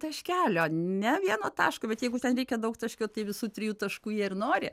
taškelio ne vieno taško bet jeigu ten reikia daugtaškio tai visų trijų taškų jie ir nori